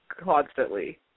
constantly